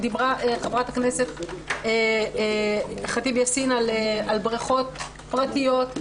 דיברה חברת הכנסת ח'טיב יאסין על בריכות פרטיות,